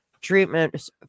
Treatments